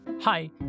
Hi